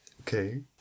okay